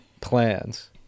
plans